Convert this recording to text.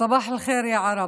סבאח אל-ח'יר, יא ערב.